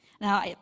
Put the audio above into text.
Now